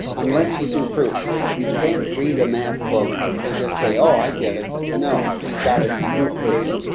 unless you do proofs. you can't read a math book and just say, oh, i get it. no, you got it. whoops.